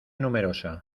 numerosa